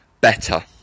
better